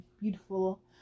beautiful